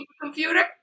computer